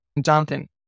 Jonathan